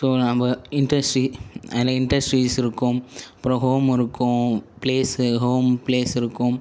so நம்ம industry அதில் industries இருக்கும் அப்புறம் ஹோம் இருக்கும் பிளேஸ் ஹோம் பிளேஸ் இருக்கும்